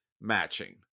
matching